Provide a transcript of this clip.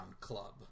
club